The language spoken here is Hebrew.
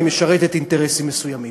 היא משרתת אינטרסים מסוימים.